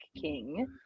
King